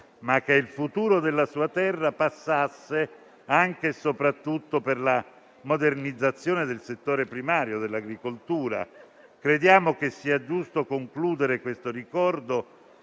ma che il futuro della sua terra passasse anche e soprattutto per la modernizzazione del settore primario, dell'agricoltura. Crediamo che sia giusto concludere questo ricordo